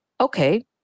okay